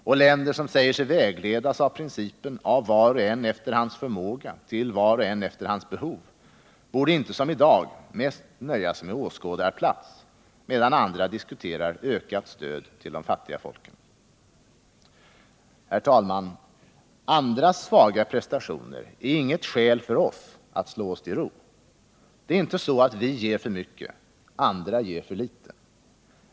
Och länder som säger sig vägledas av principen ”av var och en efter hans förmåga till var och en efter hans behov” borde inte som i dag mest nöja sig med åskådarplats medan andra diskuterar ökat stöd till de fattiga folken. Herr talman! Andras svaga prestationer är inget skäl för oss att slå oss till ro. Det är inte så att vi ger för mycket, andra ger för litet.